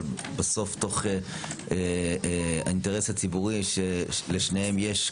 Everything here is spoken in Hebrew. בסוף תוך האינטרס הציבורי שלשניהם יש,